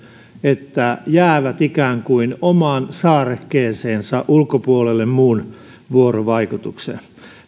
että ne jäävät ikään kuin omaan saarekkeeseensa muun vuorovaikutuksen ulkopuolelle